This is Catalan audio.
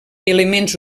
elements